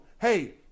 hey